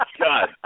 God